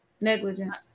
Negligence